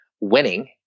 winning